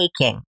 taking